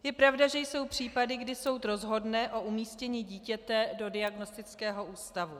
Je pravda, že jsou případy, kdy soud rozhodne o umístění dítěte do diagnostického ústavu.